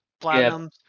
platinum